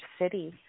city